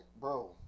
bro